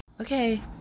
Okay